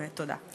תודה.